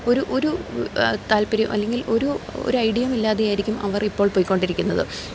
ഒരു ഒരു താൽപര്യമോ അല്ലെങ്കിൽ ഒരു ഒരു ഐഡിയയും ഇല്ലാതെയായിരിക്കും അവർ ഇപ്പോൾ പോയിക്കൊണ്ടിരിക്കുന്നത്